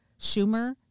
Schumer